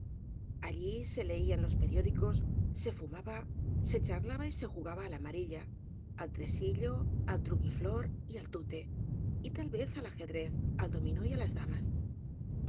allí se leían los periódicos se fumaba se char laba y se jugaba á la malilla al tresillo al truquiflor y al tute y tal vez al ajedrez al dominó y á las damas